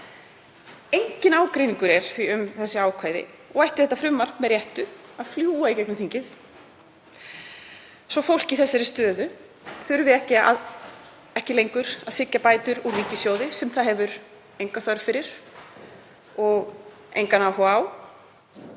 Enginn ágreiningur er því um þessi ákvæði og ætti þetta frumvarp með réttu að fljúga í gegnum þingið svo að fólk í þessari stöðu þurfi ekki lengur að þiggja bætur úr ríkissjóði sem það hefur enga þörf fyrir og engan áhuga á